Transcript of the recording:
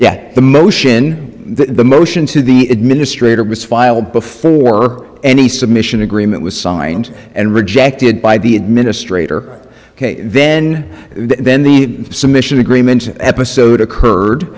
that the motion the motion to the administrator was filed before any submission agreement was signed and rejected by the administrator then then the submission agreement episode occurred